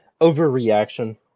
Overreaction